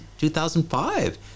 2005